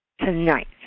tonight